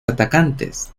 atacantes